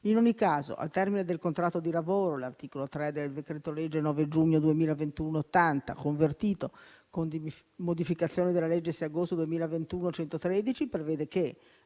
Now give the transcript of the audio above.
In ogni caso, al termine del contratto di lavoro, l'articolo 3 del decreto-legge 9 giugno 2021, n. 80, convertito con modificazioni dalla legge 6 agosto 2021, n. 113, prevede che,